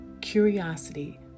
curiosity